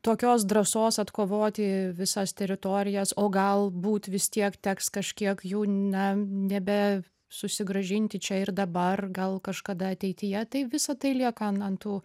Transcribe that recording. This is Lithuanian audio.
tokios drąsos atkovoti visas teritorijas o galbūt vis tiek teks kažkiek jų na nebe susigrąžinti čia ir dabar gal kažkada ateityje tai visa tai lieka an an tų